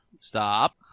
Stop